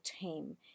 team